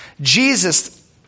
Jesus